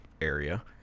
area